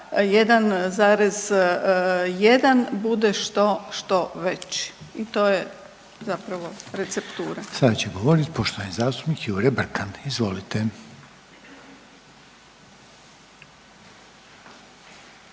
1,1 bude što veći i to je zapravo receptura. **Reiner, Željko (HDZ)** Sada će govoriti poštovani zastupnik Jure Brkan. Izvolite.